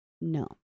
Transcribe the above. No